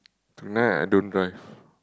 tonight I don't drive